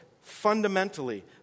fundamentally